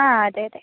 ആ അതെ അതെ